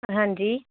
ਹਾਂਜੀ